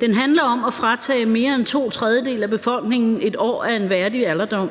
Den handler om at fratage mere end to tredjedele af befolkningen 1 år af en værdig alderdom.